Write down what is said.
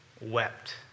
wept